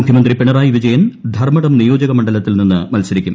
മുഖ്യമന്ത്രി പിണറായി വിജയൻ ധർമ്മടം നിയോജക മണ്ഡലത്തിൽ നിന്ന് മത്സരിക്കും